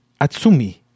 Atsumi